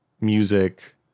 music